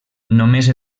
només